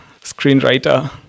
screenwriter